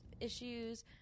issues